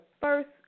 first